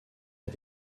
ait